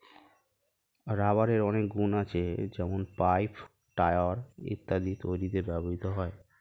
রাবারের অনেক গুন আছে যেমন পাইপ, টায়র ইত্যাদি তৈরিতে ব্যবহৃত হয়